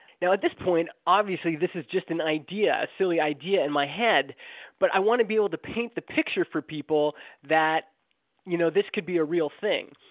now at this point obviously this is just an idea a silly idea in my head but i want to be able to paint the picture for people that you know this could be a real thing.